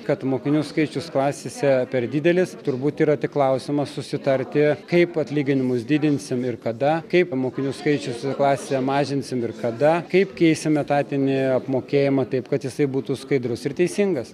kad mokinių skaičius klasėse per didelis turbūt yra tik klausimas susitarti kaip atlyginimus didinsim ir kada kaip mokinių skaičius klasėje mažinsim ir kada kaip keisime etatinį apmokėjimą taip kad jisai būtų skaidrus ir teisingas